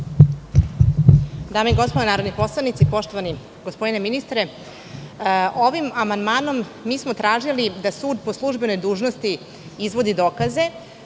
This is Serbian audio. Dame i gospodo narodni poslanici, poštovani gospodine ministre, ovim amandmanom smo tražili da sud po službenoj dužnosti izvodi dokaze.